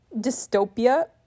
dystopia